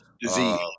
disease